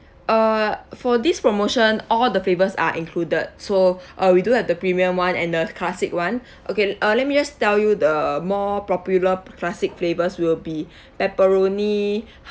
uh for this promotion all the flavours are included so uh we do have the premium [one] and the classic [one] okay uh let me just tell you the more popular classic flavours will be pepperoni